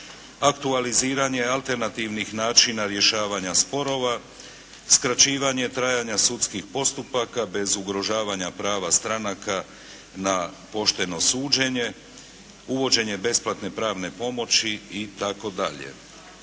aktualiziranje alternativnih načina rješavanja sporova, skraćivanje trajanja sudskih postupaka bez ugrožavanja prava stranaka na pošteno suđenje, uvođenje besplatne pravne pomoći itd.